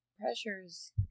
pressures